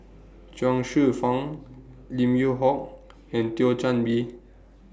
Chuang Hsueh Fang Lim Yew Hock and Thio Chan Bee